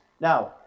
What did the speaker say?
Now